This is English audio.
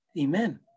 Amen